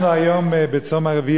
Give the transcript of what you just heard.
אנחנו היום בצום הרביעי,